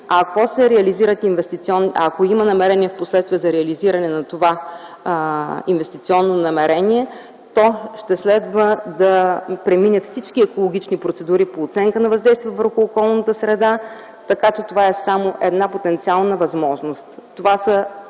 ако има намерение в последствие за реализиране на това инвестиционно намерение, то ще следва да премине всички екологични процедури по оценка на въздействие върху околната среда, така че това е само една потенциална възможност.